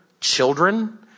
children